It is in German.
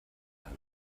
hand